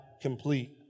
complete